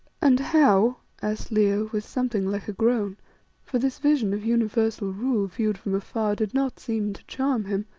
and how, asked leo, with something like a groan for this vision of universal rule viewed from afar did not seem to charm him